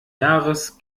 jahres